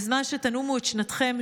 בזמן שתנומו את שנתכם,